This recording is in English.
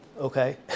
okay